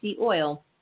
oil